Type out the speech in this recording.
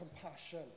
compassion